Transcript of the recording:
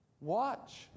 Watch